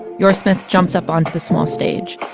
yoursmith jumps up onto the small stage.